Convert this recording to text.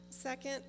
Second